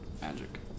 Magic